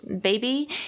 baby